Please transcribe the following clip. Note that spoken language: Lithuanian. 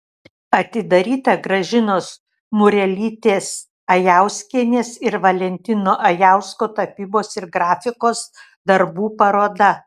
atidaryta gražinos murelytės ajauskienės ir valentino ajausko tapybos ir grafikos darbų paroda